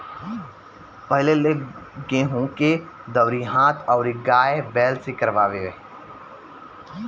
पहिले लोग गेंहू के दवरी हाथ अउरी गाय बैल से करवावे